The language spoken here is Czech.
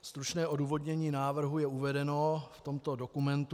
Stručné odůvodnění návrhu je uvedeno v tomto dokumentu.